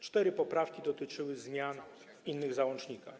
Cztery poprawki dotyczyły zmian w innych załącznikach.